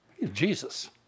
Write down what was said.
Jesus